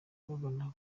bagana